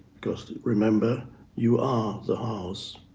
because remember you are the house.